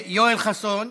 יואל חסון.